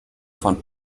von